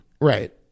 Right